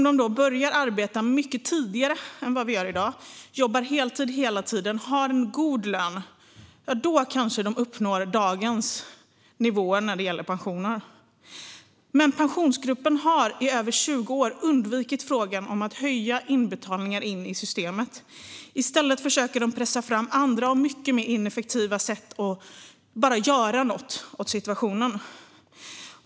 Om de börjar arbeta mycket tidigare än vad vi gör i dag och jobbar heltid hela tiden med en god lön kanske de uppnår dagens nivåer när det gäller pensioner. Men Pensionsgruppen har i över 20 år undvikit frågan om att höja inbetalningarna till systemet. I stället försöker de pressa fram andra och mycket mer ineffektiva sätt att göra något åt situationen.